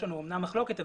אמנם יש לנו מחלוקת,